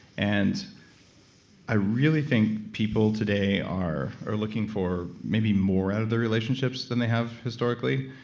and i really think people today are are looking for maybe more out of their relationships than they have historically.